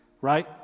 right